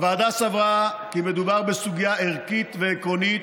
הוועדה סברה כי מדובר בסוגיה ערכית ועקרונית